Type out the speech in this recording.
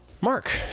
Mark